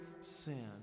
sin